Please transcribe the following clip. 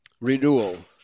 renewal